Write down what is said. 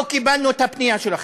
לא קיבלנו את הפנייה שלכם.